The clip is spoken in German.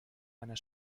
einer